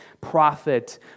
prophet